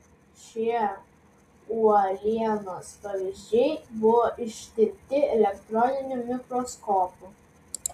šie uolienos pavyzdžiai buvo ištirti elektroniniu mikroskopu